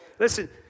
Listen